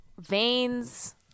Veins